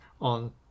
on